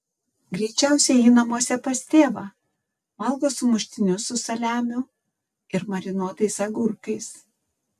greičiausiai ji namuose pas tėvą valgo sumuštinius su saliamiu ir marinuotais agurkais